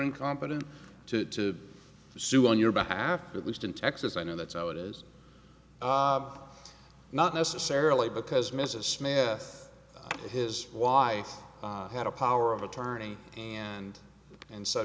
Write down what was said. incompetent to sue on your behalf at least in texas i know that's how it is not necessarily because mrs smith his wife had a power of attorney and and so